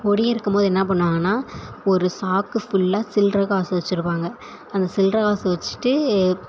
கொடி இருக்கும்போது என்னா பண்ணுவாங்கன்னா ஒரு சாக்கு ஃபுல்லா சில்லர காசு வெச்சிருப்பாங்க அந்த சில்லர காசு வெச்சிட்டு